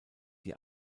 die